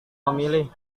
memilih